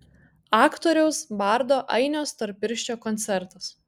aktoriaus bardo ainio storpirščio koncertas